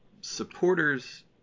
supporters